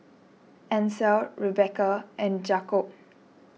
Ancel Rebekah and Jakobe